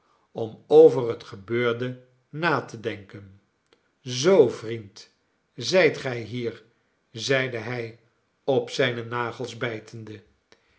om over het gebeurde na te denken zoo vriend zy't gij hier zeide hij op zijne nagels bijtende